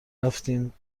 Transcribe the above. رفتیم